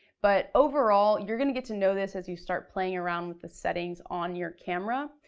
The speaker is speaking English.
but overall, you're gonna get to know this as you start playing around with the settings on your camera.